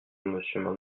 monsieur